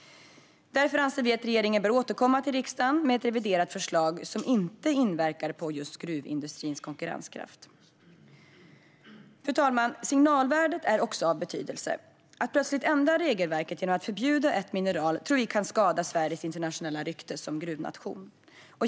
Därför anser vi att regeringen bör återkomma till riksdagen med ett reviderat förslag som inte inverkar på gruvindustrins konkurrenskraft. Fru talman! Signalvärdet är också av betydelse. Att plötsligt ändra regelverket genom att förbjuda ett mineral tror vi kan skada Sveriges internationella rykte som gruvnation.